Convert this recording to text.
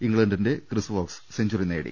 ഇംഗ്ല ണ്ടിന്റെ Chris Woakes century നേടി